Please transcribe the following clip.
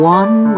one